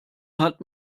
hat